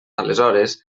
aleshores